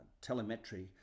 telemetry